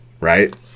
right